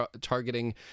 targeting